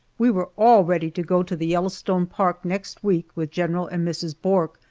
we were all ready to go to the yellowstone park next week with general and mrs. bourke,